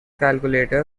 calculator